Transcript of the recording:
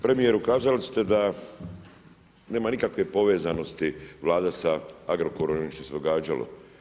Premijeru kazali ste da nema nikakve povezanosti Vlade sa Agrokorom i onim što se događalo.